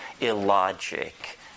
illogic